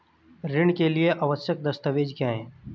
ऋण के लिए आवश्यक दस्तावेज क्या हैं?